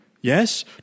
yes